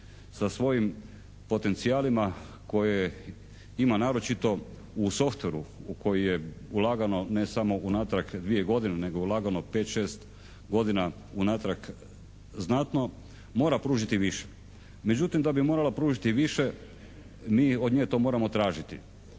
sa svojim potencijalima koje ima naročito u softweru u koji je ulagano ne samo unatrag dvije godine nego ulagano pet, šest godina unatrag znatno mora pružiti više. Međutim, da bi morala pružiti više mi od nje to moramo tražiti